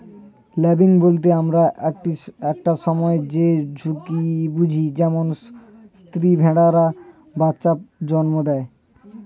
lambing বলতে আমরা একটা সময় কে বুঝি যখন স্ত্রী ভেড়ারা বাচ্চা জন্ম দেয়